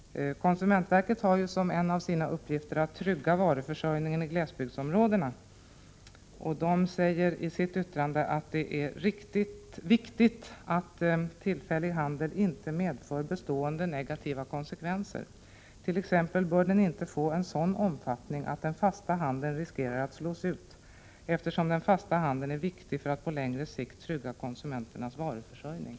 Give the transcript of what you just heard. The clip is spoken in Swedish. Konsumentverket har som en av sina uppgifter att trygga varuförsörjningen i glesbygdsområdena. Verket säger i sitt yttrande att det är viktigt att tillfällig handel inte medför bestående negativa konsekvenser och att den tillfälliga handeln t.ex. inte bör få en sådan omfattning att den fasta handeln riskerar att slås ut, eftersom den fasta handeln är viktig för att på längre sikt trygga konsumenternas varuförsörjning.